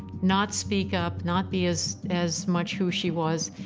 not speak up, not be as as much who she was,